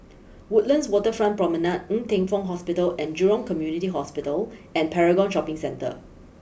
Woodlands Waterfront Promenade Ng Teng Fong Hospital and Jurong Community Hospital and Paragon Shopping Centre